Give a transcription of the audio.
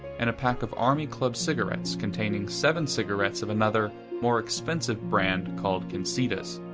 and a pack of army club cigarettes containing seven cigarettes of another, more expensive brand called kensitas.